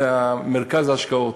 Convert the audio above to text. מרכז ההשקעות